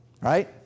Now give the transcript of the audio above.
right